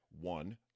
one